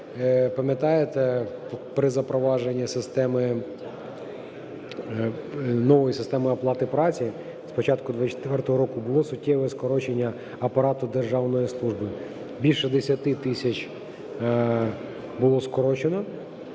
пам'ятаєте, при запровадженні системи, нової системи оплати праці з початку 2024 року, було суттєве скорочення апарату державної служби, більше 10 тисяч було скорочено,